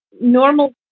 normal